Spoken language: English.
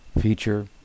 feature